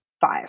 five